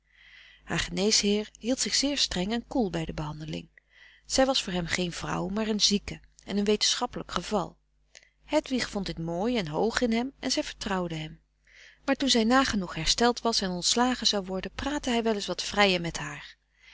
haar geneesheer hield zich zeer streng en koel bij de behandeling zij was voor hem geen vrouw maar een zieke en een wetenschappelijk geval hedwig vond dit mooi en hoog in hem en zij vertrouwde hem maar toen zij nagenoeg hersteld was en ontslagen zou worden praatte hij wel eens wat vrijer met haar